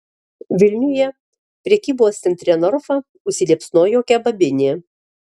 vilniuje prekybos centre norfa užsiliepsnojo kebabinė